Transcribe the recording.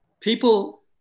People